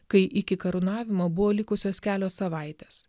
kai iki karūnavimo buvo likusios kelios savaitės